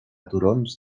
turons